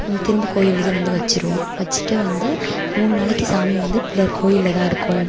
திரும்ப கோயிலுக்கே வந்து வச்சுடுவோம் வச்சுட்டு வந்து மூணு நாளைக்கு சாமி வந்து பிள்ளையார் கோயிலில் தான் இருக்கும்